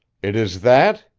it is that,